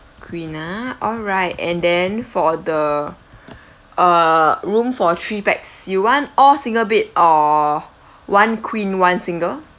queen ah alright and then for the uh room for three pax you want all single bed or one queen one single